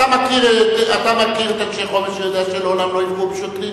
אתה מכיר את אנשי חומש ואתה יודע שהם לעולם לא יפגעו בשוטרים,